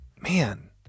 man